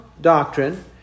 doctrine